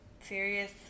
serious